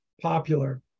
popular